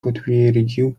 potwierdził